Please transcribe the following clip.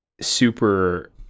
super